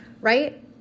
right